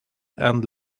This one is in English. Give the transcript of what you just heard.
and